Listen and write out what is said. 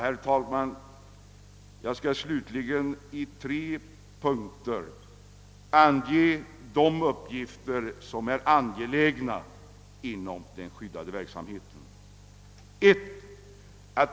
Herr talman! Jag skall slutligen i tre punkter ange de uppgifter som är angelägna inom den skyddade verksamheten. 1.